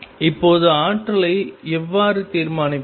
இப்போது ஆற்றலை எவ்வாறு தீர்மானிப்பது